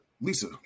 Lisa